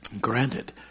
Granted